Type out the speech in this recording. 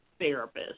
therapist